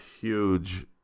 huge